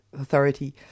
authority